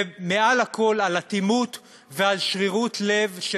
ומעל הכול על אטימות ועל שרירות לב של